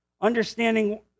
Understanding